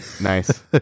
Nice